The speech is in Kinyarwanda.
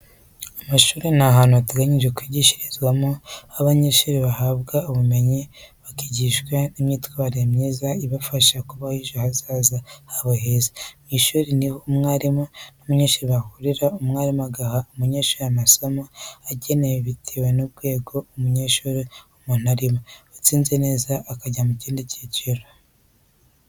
Amashuri ni ahantu hateganyirijwe kwigishirizwamo, aho abanyeshuri bahabwa ubumenyi bakigishwa n'imyitwarire myiza ibafasha kubaka ejo hazaza habo heza. Mu ishuri niho umwarimu n'umunyeshuri bahurira, umwarimu agaha abanyeshuri amasomo abagenewe bitewe n'urwego rw'amashuri umuntu arimo, utsinze neza akajya mu kindi cyiciro.